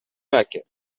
مکه